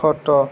ଖଟ